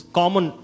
common